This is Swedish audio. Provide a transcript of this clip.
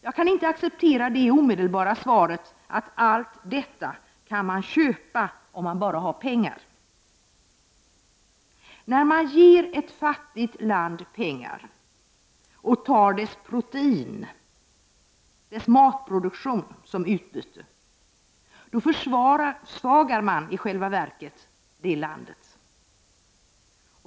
Jag kan inte acceptera det omedelbara svaret att allt detta kan man köpa om man bara har pengar. När man ger ett fattigt land pengar och tar dess proteiner, dvs. dess matproduktion, som utbyte, försvagar man i själva verket det landet.